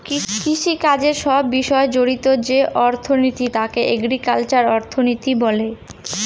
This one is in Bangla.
কৃষিকাজের সব বিষয় জড়িত যে অর্থনীতি তাকে এগ্রিকালচারাল অর্থনীতি বলে